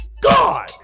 God